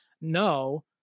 No